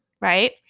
right